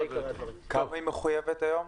כמה היא מחויבת היום?